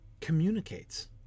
Communicates